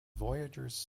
voyagers